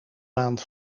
maand